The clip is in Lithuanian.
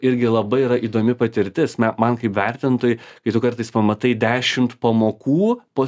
irgi labai yra įdomi patirtis na man kaip vertintojui kai tu kartais pamatai dešimt pamokų po